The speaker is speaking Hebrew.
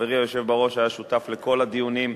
חברי היושב בראש היה שותף לכל הדיונים.